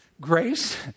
grace